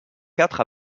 quatre